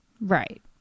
Right